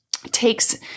takes